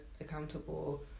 accountable